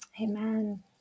amen